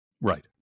Right